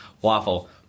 waffle